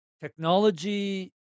technology